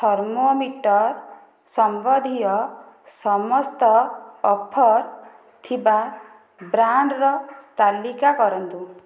thermometer ସମ୍ବନ୍ଧୀୟ ସମସ୍ତ offer ଥିବା ବ୍ରାଣ୍ଡ୍ର ତାଲିକା କରନ୍ତୁ